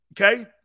Okay